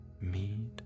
meet